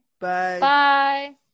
Bye